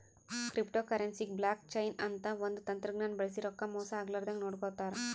ಕ್ರಿಪ್ಟೋಕರೆನ್ಸಿಗ್ blockchain ಅಂತ್ ಒಂದ್ ತಂತಜ್ಞಾನ್ ಬಳ್ಸಿ ರೊಕ್ಕಾ ಮೋಸ್ ಆಗ್ಲರದಂಗ್ ನೋಡ್ಕೋತಾರ್